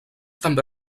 també